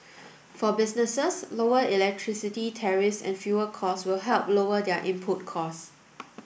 for businesses lower electricity tariffs and fuel costs will help lower their input costs